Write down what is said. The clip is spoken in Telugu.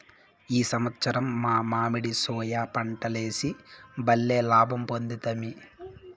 ఈ సంవత్సరం మా మడిలో సోయా పంటలేసి బల్లే లాభ పొందితిమి